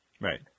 Right